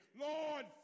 Lord